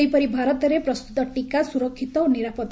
ସେହିପରି ଭାରତରେ ପ୍ରସ୍ତତ ଟିକା ସୁରକ୍ଷିତ ଓ ନିରାପଦ